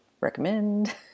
recommend